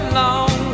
long